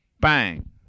bang